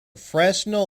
fresnel